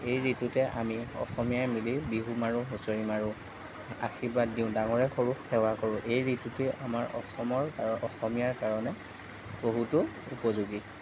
এই ঋতুতে আমি অসমীয়াই মিলি বিহু মাৰোঁ হুঁচৰি মাৰোঁ আশীৰ্বাদ দিওঁ ডাঙৰে সৰুক সেৱা কৰোঁ এই ঋতুতে আমাৰ অসমৰ আৰু অসমীয়াৰ কাৰণে বহুতো উপযোগী